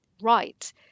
right